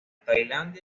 tailandia